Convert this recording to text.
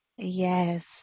Yes